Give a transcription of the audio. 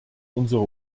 unsere